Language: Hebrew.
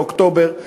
באוקטובר,